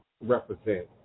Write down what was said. represent